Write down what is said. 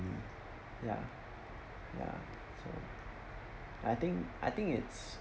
me ya ya so I think I think it's